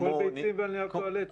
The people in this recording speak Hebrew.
כמו ביצים ונייר טואלט.